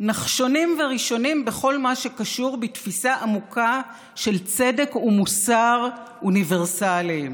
נחשונים וראשונים בכל מה שקשור בתפיסה עמוקה של צדק ומוסר אוניברסליים.